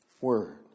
word